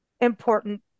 important